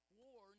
war